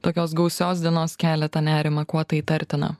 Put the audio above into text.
tokios gausios dienos kelia tą nerimą kuo tai įtartina